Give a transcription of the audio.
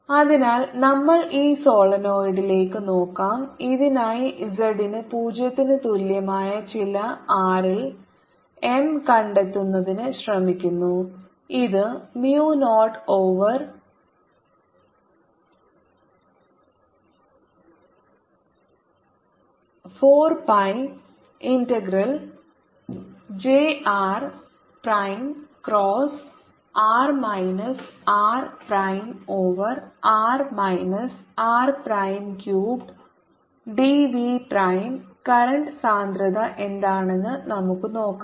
അതിനാൽ നമ്മൾ ഈ സോളിനോയിഡിലേക്ക് നോക്കാം ഇതിനായി z ന് 0 ന് തുല്യമായ ചില r യിൽ m കണ്ടെത്തുന്നതിന് ശ്രമിക്കുന്നു ഇത് mu 0 over 4 pi integral jr prime cross r minus r prime over r minus r prime cubed d v prime current സാന്ദ്രത എന്താണെന്ന് നമുക്ക് നോക്കാം